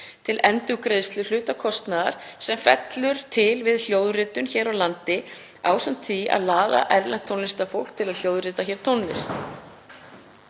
til endurgreiðslu hluta kostnaðar sem fellur til við hljóðritun hér á landi ásamt því að laða erlent tónlistarfólk til að hljóðrita tónlist.